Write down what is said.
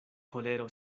kolero